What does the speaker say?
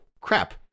crap